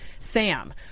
sam